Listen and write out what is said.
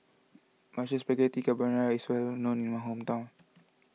Mushroom Spaghetti Carbonara is well known in my hometown